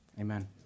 amen